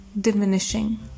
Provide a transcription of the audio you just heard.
diminishing